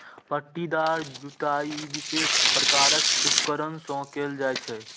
पट्टीदार जुताइ विशेष प्रकारक उपकरण सं कैल जाइ छै